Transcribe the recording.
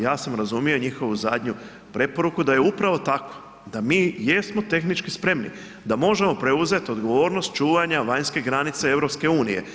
Ja sam razumio njihovu zadnju preporuku da je upravo tako, da mi jesmo tehnički spremni, da možemo preuzeti odgovornost čuvanja vanjske granice EU.